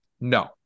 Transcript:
No